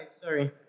Sorry